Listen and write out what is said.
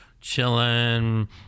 chilling